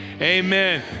amen